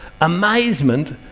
Amazement